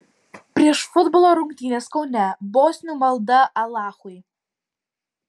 prieš futbolo rungtynes kaune bosnių malda alachui